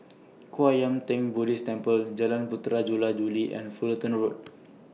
Kwan Yam Theng Buddhist Temple Jalan Puteri Jula Juli and Fullerton Road